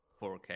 4K